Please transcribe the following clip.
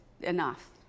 enough